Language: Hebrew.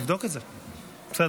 תבדוק את זה, בסדר.